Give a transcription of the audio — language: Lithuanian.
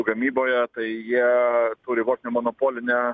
gamyboje tai jie turi vos ne monopolinę